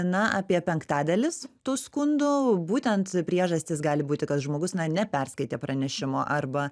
na apie penktadalis tų skundų būtent priežastys gali būti kad žmogus na neperskaitė pranešimo arba